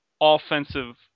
offensive